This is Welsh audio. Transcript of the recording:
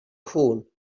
cŵn